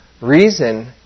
reason